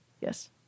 Yes